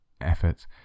efforts